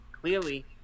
Clearly